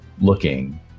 looking